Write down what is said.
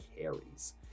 carries